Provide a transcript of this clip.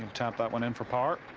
tap that one in for par.